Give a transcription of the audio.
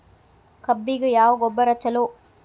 ಕಬ್ಬಿಗ ಯಾವ ಗೊಬ್ಬರ ಛಲೋ?